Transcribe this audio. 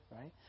right